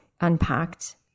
unpacked